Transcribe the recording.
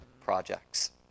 projects